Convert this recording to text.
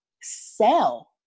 sell